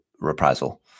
reprisal